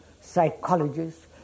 psychologists